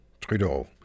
Trudeau